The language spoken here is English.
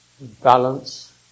balance